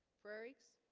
frerichs